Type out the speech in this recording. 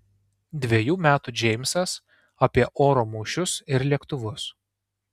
dvejų metų džeimsas apie oro mūšius ir lėktuvus